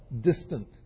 distant